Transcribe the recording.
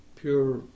pure